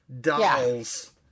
Dolls